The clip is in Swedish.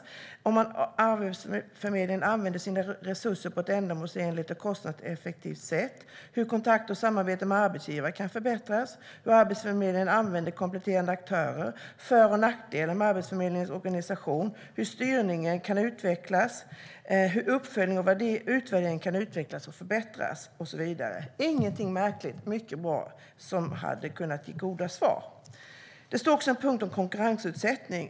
Man skulle analysera om Arbetsförmedlingen använder sina resurser på ett ändamålsenligt och kostnadseffektivt sätt, hur kontakter och samarbete med arbetsgivare kan förbättras och hur Arbetsförmedlingen använder kompletterande aktörer. Man skulle utreda för och nackdelar med Arbetsförmedlingens organisation, hur styrningen kan utvecklas, hur uppföljning och utvärdering kan utvecklas och förbättras och så vidare. Det är ingenting märkligt. Det fanns mycket bra som hade kunnat ge goda svar. Det fanns också en punkt om konkurrensutsättning.